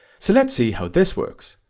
so let's see how this works,